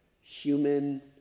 human